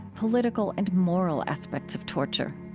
political and moral aspects of torture.